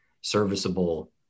serviceable